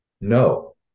no